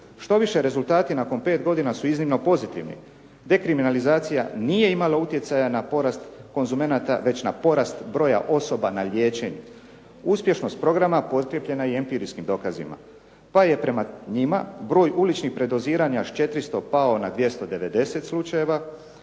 Štoviše rezultati nakon 5 godina su iznimno pozitivni. Dekriminalizacija nije imala utjecaja na porast konzumenata već na porast broja osoba na liječenju. Uspješnost programa potkrijepljena je i empirijskim dokazima pa je prema njima broj uličnih predoziranja s 400 pao na 290 slučajeva,